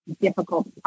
difficult